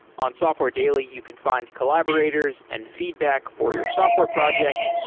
on software daily, you could find collaborators and feedback for your software project.